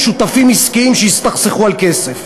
שותפים עסקיים שהסתכסכו על כסף.